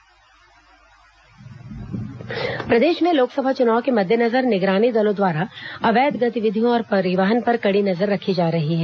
निर्वाचन शराब जब्त प्रदेश में लोकसभा चुनाव के मद्देनजर निगरानी दलों द्वारा अवैध गतिविधियों और परिवहन पर कड़ी नजर रखी जा रही है